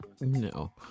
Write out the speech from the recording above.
No